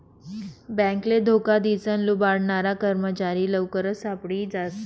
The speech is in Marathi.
बॅकले धोका दिसन लुबाडनारा कर्मचारी लवकरच सापडी जास